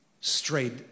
strayed